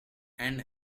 and